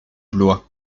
blois